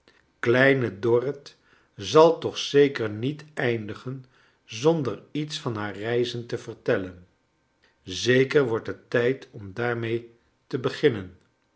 kleine dorrit zal toch zeker niet eindigen zonder iets van haar reizen te vertellen zeker wordt het tijd om daarmee te beginnen